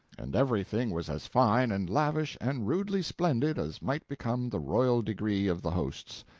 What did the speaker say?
and everything was as fine and lavish and rudely splendid as might become the royal degree of the hosts.